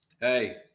Hey